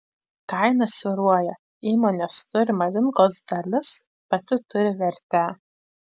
kaina svyruoja įmonės turima rinkos dalis pati turi vertę